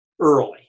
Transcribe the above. early